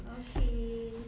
okay